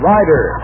Rider